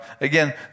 Again